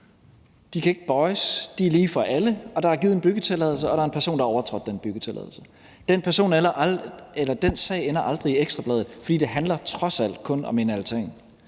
de kan ikke bøjes, de er lige for alle, og der er givet en byggetilladelse, og der er en person, der har overtrådt den byggetilladelse. Den sag ender aldrig i Ekstra Bladet, for det handler trods alt kun om en altan.